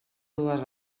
dues